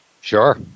Sure